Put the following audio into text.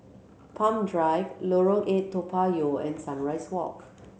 Palm Drive Lorong Eight Toa Payoh and Sunrise Walk